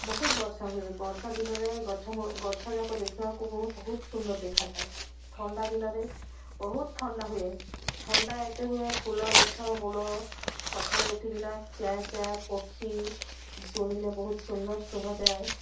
ବହୁତ ବର୍ଷା ହୁଏ ବର୍ଷା ଦିନରେ ଗଛ ମୂ ଗଛଯାକ ଦେଖିବାକୁ ବହୁତ ସୁନ୍ଦର ଦେଖାଯାଏ ଥଣ୍ଡା ଦିନରେ ବହୁତ ଥଣ୍ଡା ହୁଏ ଥଣ୍ଡା ଏତେ ହୁଏ ଫୁଲ ଗଛ ମୂଳ ସକାଳେ ଉଠିକିନା ଚାଂ ଚାଂ ପକ୍ଷୀ ଶୁଣିଲେ ବହୁତ ସୁନ୍ଦର ଶୁଭାଯାଏ